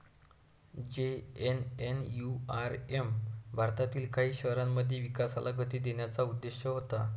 JNNURM भारतातील काही शहरांमध्ये विकासाला गती देण्याचा उद्देश होता